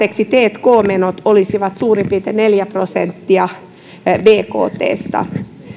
tk menot olisivat suurin piirtein neljä prosenttia bktsta